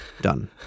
done